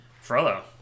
Frollo